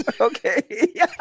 okay